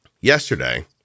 Yesterday